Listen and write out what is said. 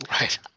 Right